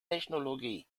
technologie